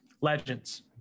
legends